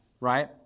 right